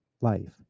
life